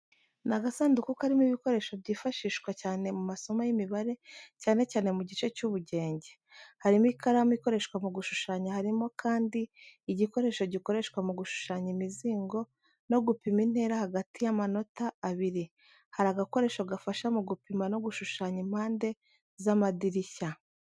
Ni agasanduku karimo ibikoresho byifashishwa cyane mu masomo y’imibare cyane cyane mu gice ubugenge. Harimo ikaramu ikoreshwa mu gushushanya harimo kandia igikoresho gikoreshwa mu gushushanya imizingo no gupima intera hagati y'amanota abiri. Hari agakoresho gafasha mu gupima no gushushanya impande z’amadirishya.